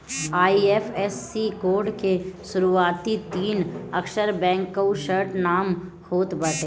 IFSC code के शुरूआती तीन अक्षर बैंक कअ शार्ट नाम होत बाटे